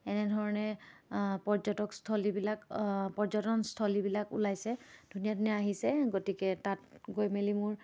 এনেধৰণে পৰ্যটকস্থলীবিলাক পৰ্যটনস্থলীবিলাক ওলাইছে ধুনীয়া ধুনীয়া আহিছে গতিকে তাত গৈ মেলি মোৰ